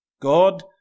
God